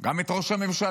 גם את ראש הממשלה,